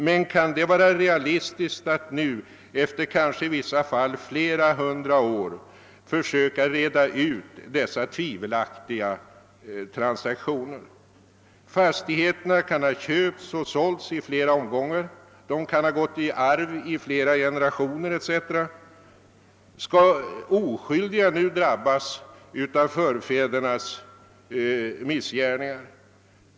Men kan det vara realistiskt att nu, efter i vissa fall flera hundra år, försöka reda ut dessa tvivelaktiga transaktioner? Fastigheterna kan ha köpts och sålts i flera omgångar, de kan ha gått i arv i flera generationer etc. Skall oskyldiga nu drabbas av förfädrens missgärningar?